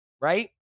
right